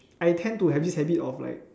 I tend to have this habit of like